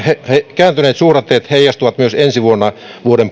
kääntyneet suhdanteet heijastuvat myös ensi vuoden